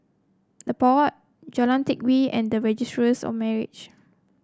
The Pod Jalan Teck Kee and of Marriage